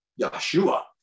Yeshua